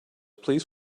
please